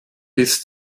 bis